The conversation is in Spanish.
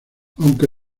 aunque